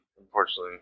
unfortunately